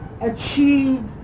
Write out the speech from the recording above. achieve